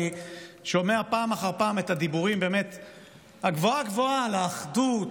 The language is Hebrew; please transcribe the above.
אני שומע פעם אחר פעם את הדיבורים גבוהה-גבוהה על האחדות